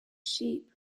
sheep